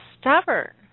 stubborn